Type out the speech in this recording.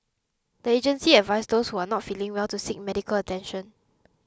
the agency advised those who are not feeling well to seek medical attention